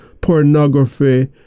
pornography